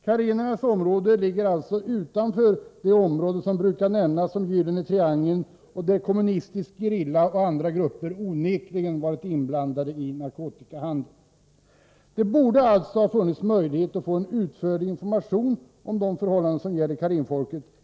Karenernas område ligger alltså utanför det som brukar benämnas Gyllene triangeln, där kommunistisk gerilla och andra grupper onekligen varit inblandade i narkotikahandel. Det borde således ha funnits möjlighet att få en utförlig information om de förhållanden som gäller Karenfolket.